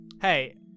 Hey